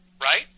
right